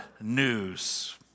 news